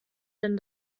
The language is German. denn